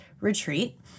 retreat